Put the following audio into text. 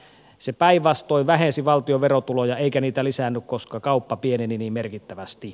se päinvastoin vähensi valtion verotuloja eikä niitä lisännyt koska kauppa pieneni niin merkittävästi